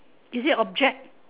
is it object